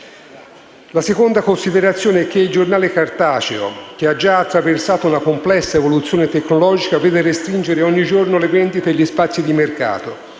La seconda considerazione è che il giornale cartaceo, che ha già attraversato una complessa evoluzione tecnologica, vede restringere ogni giorno le vendite e gli spazi di mercato.